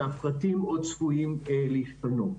והפרטים עוד צפויים להשתנות.